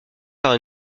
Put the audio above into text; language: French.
par